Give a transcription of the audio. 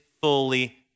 fully